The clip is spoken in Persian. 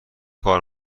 کار